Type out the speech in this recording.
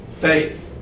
faith